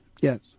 Yes